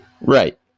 Right